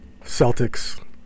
Celtics